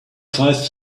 five